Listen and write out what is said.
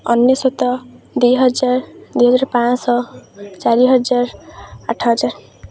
ଅନେଶୋତ ଦୁଇହଜାର ଦୁଇହଜାର ପାଁଶହ ଚାରି ହଜାର ଆଠ ହଜାର